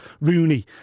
Rooney